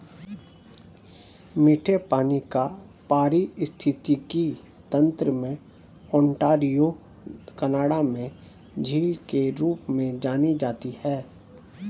मीठे पानी का पारिस्थितिकी तंत्र में ओंटारियो कनाडा में झील के रूप में जानी जाती है